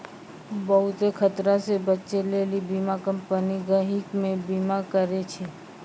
बहुते खतरा से बचै लेली बीमा कम्पनी गहकि के बीमा करै छै